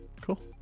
Cool